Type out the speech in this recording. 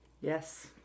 Yes